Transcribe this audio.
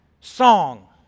song